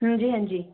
हांजी हांजी